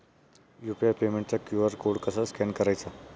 UPI पेमेंटचा QR code कसा स्कॅन करायचा?